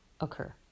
occur